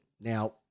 Now